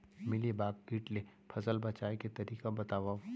Mealybug किट ले फसल बचाए के तरीका बतावव?